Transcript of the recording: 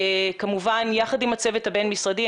כמובן יחד עם הצוות הבין משרדי,